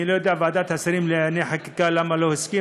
אני לא יודע למה ועדת השרים לענייני חקיקה לא הסכימה.